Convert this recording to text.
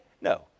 No